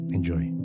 Enjoy